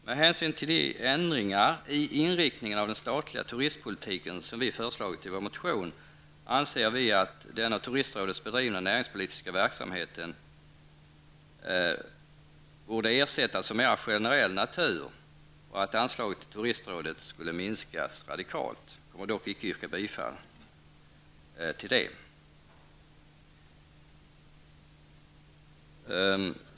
Med hänsyn till de ändringar i inriktningen av den statliga turistpolitiken som vi har föreslagit i vår motion anser vi att den av turistrådet bedrivna näringspolitiska verksamheten bör ersättas av verksamhet av mera generell natur och att anslaget till turistrådet kan minskas radikalt. Jag avstår dock från yrkande på den punkten.